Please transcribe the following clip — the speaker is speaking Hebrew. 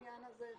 היום,